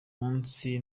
munsi